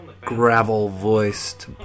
gravel-voiced